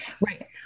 right